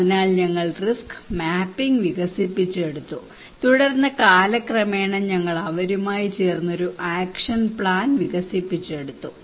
അതിനാൽ ഞങ്ങൾ risk mapping വികസിപ്പിച്ചെടുത്തു തുടർന്ന് കാലക്രമേണ ഞങ്ങൾ അവരുമായി ചേർന്ന് ഒരു ആക്ഷൻ പ്ലാൻ വികസിപ്പിച്ചെടുത്തു